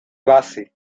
base